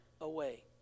away